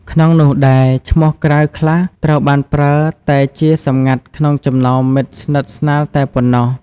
ក្នុងនោះដែរ ឈ្មោះក្រៅខ្លះត្រូវបានប្រើតែជាសម្ងាត់ក្នុងចំណោមមិត្តស្និទ្ធស្នាលតែប៉ុណ្ណោះ។